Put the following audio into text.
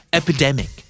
epidemic